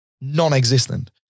Non-existent